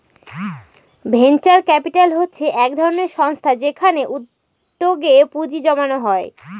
venture capital হচ্ছে এক ধরনের সংস্থা যেখানে উদ্যোগে পুঁজি জমানো হয়